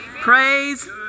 Praise